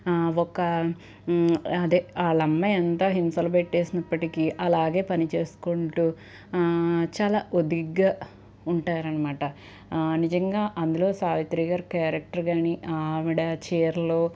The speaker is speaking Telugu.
ఒక్క అదే వాళ్ళ అమ్మ ఎంత హింసలు పెట్టేసినప్పటికీ అలాగే పని చేసుకుంటూ చాలా ఒదిగ్గా ఉంటారన్నమాట నిజంగా అందులో సావిత్రి గారి క్యారెక్టర్ కానీ ఆవిడ చీరలు